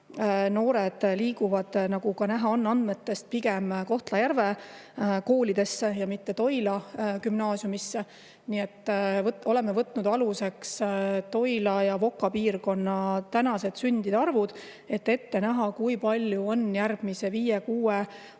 noored liiguvad, nagu ka andmetest näha on, pigem Kohtla-Järve koolidesse, mitte Toila Gümnaasiumisse. Nii et oleme võtnud aluseks Toila ja Voka piirkonna sündide arvud, et ette näha, kui palju on järgmise viie-kuue